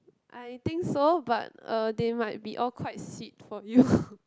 I think so but uh they might be all quite sweet for you